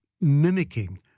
mimicking